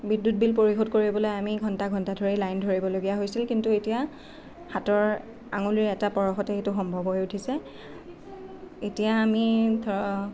বিদ্যুত বিল পৰিশোধ কৰিবলে আমি ঘণ্টা ঘণ্টা ধৰি লাইন ধৰিবলগীয়া হৈছিল কিন্তু এতিয়া হাতৰ আঙলিৰ এটা পৰশতে সেইটো সম্ভৱ হৈ উঠিছে এতিয়া আমি ধৰক